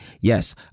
Yes